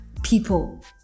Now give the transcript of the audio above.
people